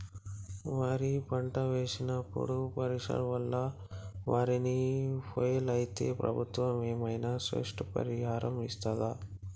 వరి పంట వేసినప్పుడు వర్షాల వల్ల వారిని ఫాలో అయితే ప్రభుత్వం ఏమైనా నష్టపరిహారం ఇస్తదా?